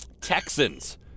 Texans